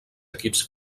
equips